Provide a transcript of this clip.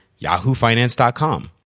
YahooFinance.com